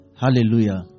Hallelujah